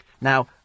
Now